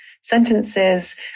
sentences